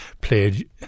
played